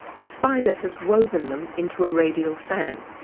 the spider has woven them into a radial fan,